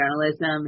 journalism